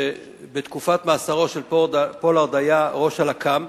שבתקופת מאסרו של פולארד היה ראש הלק"מ,